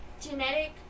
genetic